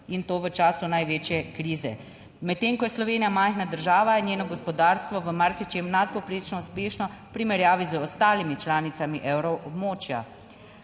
in to v času največje krize. Medtem ko je Slovenija majhna država in njeno gospodarstvo v marsičem nadpovprečno uspešno v primerjavi z ostalimi članicami evroobmočja.